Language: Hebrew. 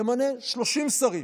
תמנה 30 שרים,